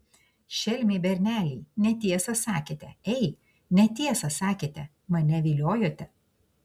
šelmiai berneliai netiesą sakėte ei netiesą sakėte mane viliojote